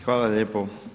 Hvala lijepo.